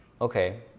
Okay